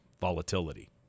volatility